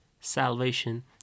salvation